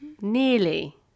nearly